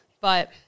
but-